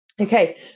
okay